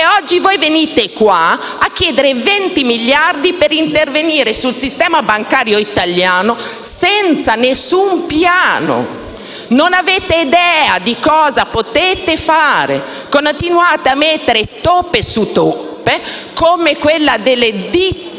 oggi voi venite qua a chiedere 20 miliardi per intervenire sul sistema bancario italiano, senza alcun piano. Non avete idea di cosa potete fare. Continuate a mettere toppe su toppe, come quella delle DTA,